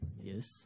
Yes